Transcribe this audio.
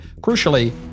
crucially